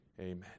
amen